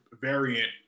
variant